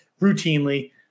routinely